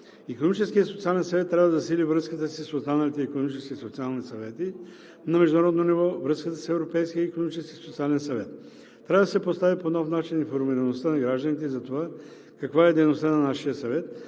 Икономическият и социален съвет трябва да засили връзката си с останалите икономически и социални съвети на международно ниво, връзката с Европейския икономически и социален съвет. Трябва да се постави по нов начин информираността на гражданите за това каква е дейността на нашия Съвет,